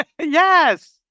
Yes